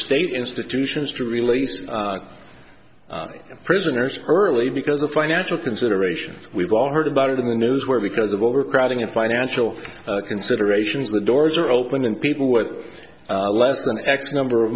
state institutions to release prisoners early because of financial considerations we've all heard about in the news where because of overcrowding and financial considerations the doors are open and people with less than x number of